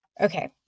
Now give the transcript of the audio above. Okay